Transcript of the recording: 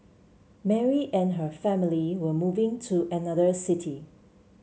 Mary and her family were moving to another city